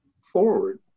forward